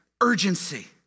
urgency